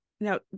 Now